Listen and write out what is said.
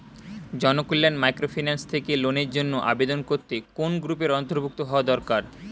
Janakalyan microfinance থেকে লোনের জন্য আবেদন করতে কোন গ্রুপের অন্তর্ভুক্ত হওয়া দরকার?